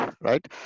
Right